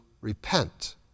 repent